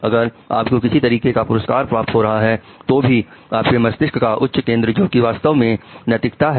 अगर आपको किसी तरीके का पुरस्कार प्राप्त हो रहा है तो भी आपके मस्तिष्क का उच्च केंद्र जोकि वास्तव में नैतिकता है